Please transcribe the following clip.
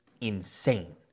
insane